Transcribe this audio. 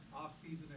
off-season